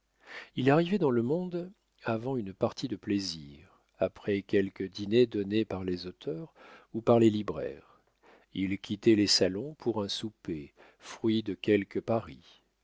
il arrivait dans le monde avant une partie de plaisir après quelque dîner donné par les auteurs ou par les libraires il quittait les salons pour un souper fruit de quelque pari